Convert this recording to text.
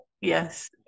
Yes